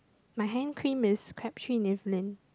my hand cream is Crabtree and Evelyn